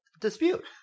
dispute